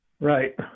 Right